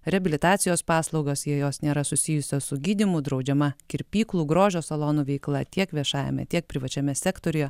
reabilitacijos paslaugas jei jos nėra susijusios su gydymu draudžiama kirpyklų grožio salonų veikla tiek viešajame tiek privačiame sektoriuje